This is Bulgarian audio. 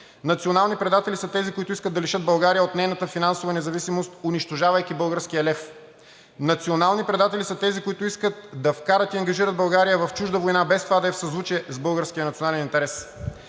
Национални предатели са тези, които искат да лишат България от нейната финансова независимост, унищожавайки българския лев. Национални предатели са тези, които искат да вкарат и ангажират България в чужда война, без това да е в съзвучие с българския национален интерес.